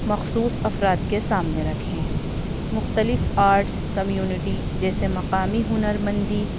مخصوص افراد کے سامنے رکھیں مختلف آرٹس کمیونٹی جیسے مقامی ہنر مندی